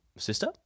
sister